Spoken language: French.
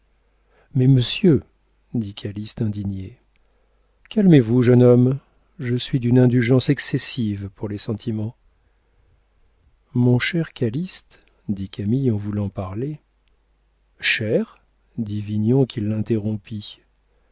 mais monsieur dit calyste indigné calmez-vous jeune homme je suis d'une indulgence excessive pour les sentiments mon cher calyste dit camille en voulant parler cher dit vignon qui l'interrompit